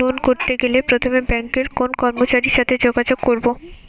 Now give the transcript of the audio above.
Loan করতে গেলে প্রথমে ব্যাঙ্কের কোন কর্মচারীর সাথে যোগাযোগ করব?